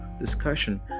discussion